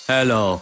Hello